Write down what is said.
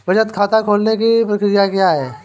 बचत खाता खोलने की प्रक्रिया क्या है?